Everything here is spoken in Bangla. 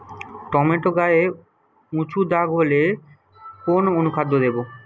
টমেটো গায়ে উচু দাগ হলে কোন অনুখাদ্য দেবো?